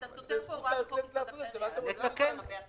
זכות הכנסת לעשות את זה, מה אתם רוצים מאיתנו?